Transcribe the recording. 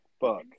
Fuck